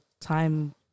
time